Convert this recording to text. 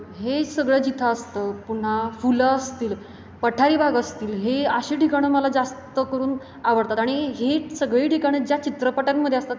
हे सगळं जिथं असतं पुन्हा फुलं असतील पठारी भाग असतील हे अशी ठिकाणं मला जास्त करून आवडतात आणि ही सगळी ठिकाणं ज्या चित्रपटांमध्ये असतात